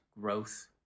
growth